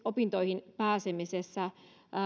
opintoihin pääsemisessä